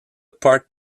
part